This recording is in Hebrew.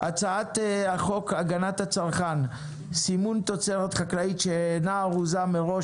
הצעת חוק הגנת הצרכן (סימון תוצרת חקלאית שאינה ארוזה מראש),